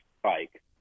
spike